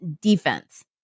defense